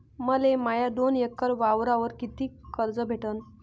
मले माया दोन एकर वावरावर कितीक कर्ज भेटन?